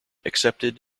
accepted